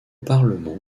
parlement